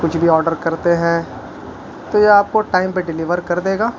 کچھ بھی آڈر کرتے ہیں تو یہ آپ کو ٹائم پہ ڈلیور کر دے گا